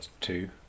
two